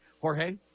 Jorge